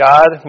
God